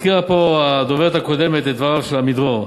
הזכירה פה הדוברת הקודמת את דבריו של עמידרור.